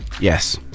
Yes